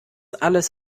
alles